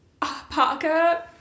Parker